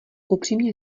upřímně